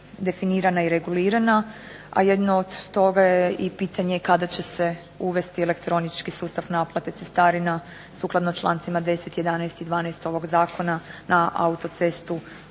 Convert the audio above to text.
i regulirana, a jedno od toga je i pitanje kada će se uvesti elektronički sustav naplate cestarina sukladno člancima 10., 11. i 12. ovog Zakona na autocestu